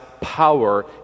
power